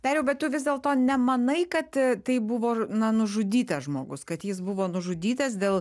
dariau bet tu vis dėlto nemanai kad tai buvo na nužudytas žmogus kad jis buvo nužudytas dėl